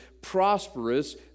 Prosperous